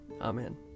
Amen